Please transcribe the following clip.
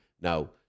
now